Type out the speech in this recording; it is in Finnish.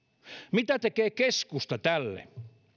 mitä tekee keskusta tälle